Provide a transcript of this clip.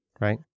right